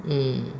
mm